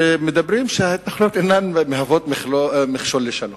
שאומרים שההתנחלויות אינן מהוות מכשול לשלום.